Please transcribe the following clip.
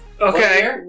Okay